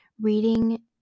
reading